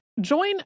Join